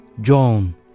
john